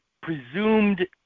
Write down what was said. presumed